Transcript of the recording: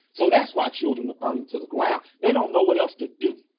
so that's why children are burning to the ground. they don't know what else to do.